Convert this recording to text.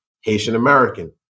Haitian-American